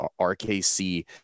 RKC